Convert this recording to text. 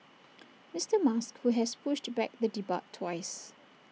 Mister musk who has pushed back the debut twice